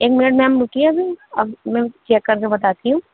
ایک minute ma'am رکیے ابھی اب میں چیک کر کے بتاتی ہوں